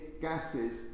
gases